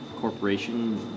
corporation